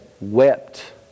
wept